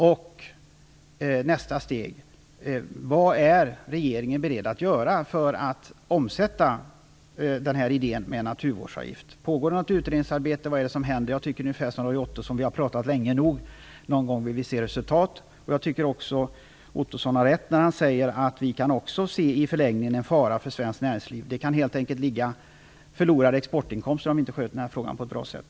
Vad är regeringen beredd att göra för att omsätta idén med en naturvårdsavgift i praktiken? Pågår det något utredningsarbete? Vad är det som händer? Jag tycker ungefär som Roy Ottosson - vi har pratat länge nog och någon gång vill vi se resultat. Roy Ottosson har rätt i att vi i förlängningen kan se en fara för svenskt näringsliv. Det kan helt enkelt ligga förlorade exportinkomster i detta om vi inte sköter det här på ett bra sätt.